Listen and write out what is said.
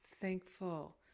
thankful